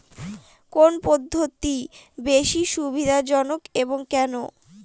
কোন পদ্ধতি বেশি সুবিধাজনক এবং কেন?